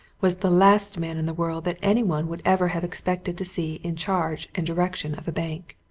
was the last man in the world that any one would ever have expected to see in charge and direction of a bank,